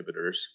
inhibitors